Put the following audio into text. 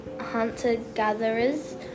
hunter-gatherers